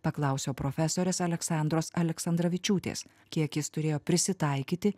paklausiau profesorės aleksandros aleksandravičiūtės kiek jis turėjo prisitaikyti